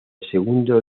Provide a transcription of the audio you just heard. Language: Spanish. segundo